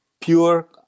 pure